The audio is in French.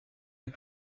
est